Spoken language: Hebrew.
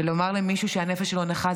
ולומר למישהו שהנפש שלו נכה,